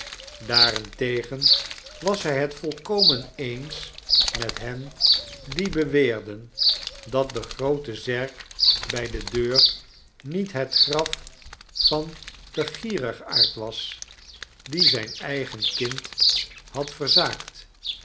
daarentegen was hij het volkomen eens met hen die beweerden dat de groote zerk bij de deur niet het graf van den gierigaard was die zijn eigen kind had verzaakt